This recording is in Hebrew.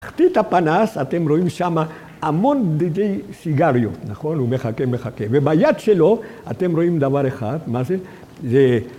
תחתי את הפנס, אתם רואים שם המון דגי סיגריות, נכון? הוא מחכה, מחכה, וביד שלו אתם רואים דבר אחד, מה זה?